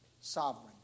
sovereign